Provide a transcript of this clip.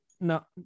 no